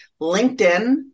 LinkedIn